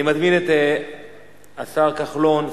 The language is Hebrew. אני מזמין את השר כחלון,